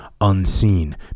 unseen